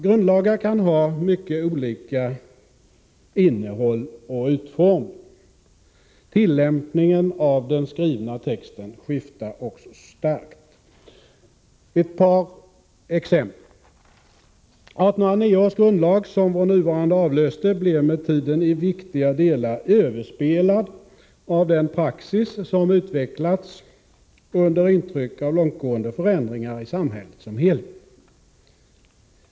Grundlagar kan ha mycket olika innehåll och utformning. Tillämpningen av den skrivna texten skiftar också starkt. Ett par exempel: 1809 års grundlag, som vår nuvarande avslöste, blev med tiden i viktiga delar överspelad av den praxis som utvecklats under intryck av långtgående förändringar i samhället som helhet.